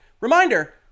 reminder